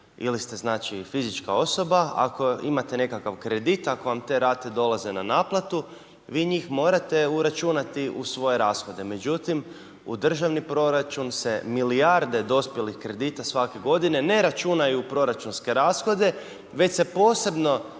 ili ste znači, fizička osoba ako imate nekakav kredit, ako vam te rate dolaze na naplatu, vi njih morate uračunati u svoje rashode. Međutim, u državni proračun se milijarde dospjelih kredita svake godine ne računaju u proračunske rashode već se posebno